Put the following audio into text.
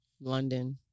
London